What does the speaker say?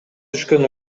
түшкөн